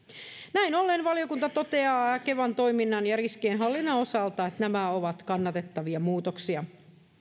näin ollen valiokunta toteaa kevan toiminnan ja riskienhallinnan osalta että nämä ovat kannatettavia muutoksia